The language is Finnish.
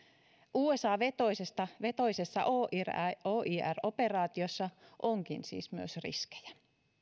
usa vetoisessa vetoisessa oir operaatiossa onkin siis myös riskejä